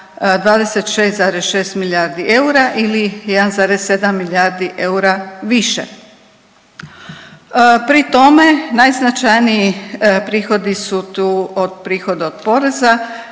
26,6 milijardi eura ili 1,7 milijardi eura više. Pri tome najznačajniji prihodi su tu prihodi od poreza